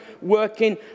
working